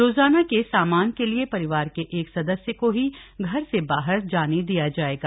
रोजाना सामान के लिए परिवार के एक सदस्य को ही घर से बाहर जाने दिया जाएगा